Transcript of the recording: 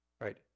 right